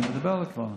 אני מדבר על הקורונה.